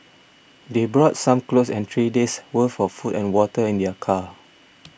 they brought some clothes and three days' worth of food and water in their car